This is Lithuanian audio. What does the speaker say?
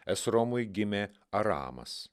esromui gimė aramas